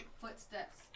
footsteps